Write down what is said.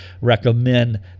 recommend